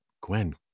Gwen